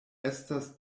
estas